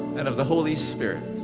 and of the holy spirit.